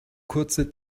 kurze